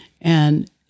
and-